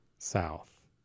south